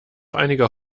einiger